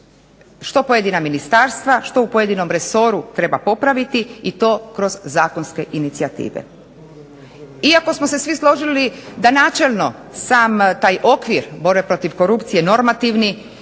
što pojedina ministarstva, što u pojedinom resoru treba popraviti i to kroz zakonske inicijative. Iako smo se svi složili da načelno sam taj okvir borbe protiv korupcije, normativni